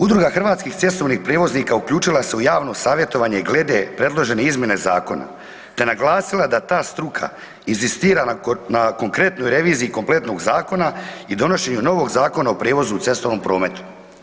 Udruga hrvatskih cestovnih prijevoznika uključila se u javno savjetovanje i glede predložene izmjene zakona, te naglasila da ta struka inzistira na konkretnoj reviziji kompletnog zakona i donošenju novog Zakona o prijevozu u cestovnom prometu.